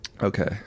okay